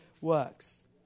works